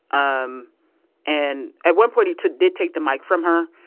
um and at one point he too did take the mike from her.